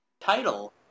title